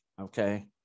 Okay